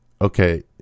Okay